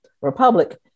Republic